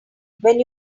when